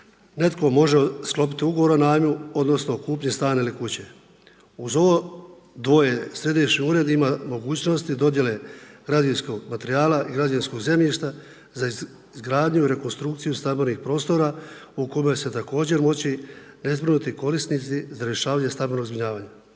netko može sklopiti ugovor o najmu odnosno kupiti stan ili kuće. Uz ovo dvoje Središnji ured ima mogućnosti dodjele građevinskog materijala i građevinskog zemljišta za izgradnju i rekonstrukciju stambenih prostora u kome će također moći nezbrinuti korisnici za rješavanje stambenog zbrinjavanja.